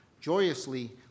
joyously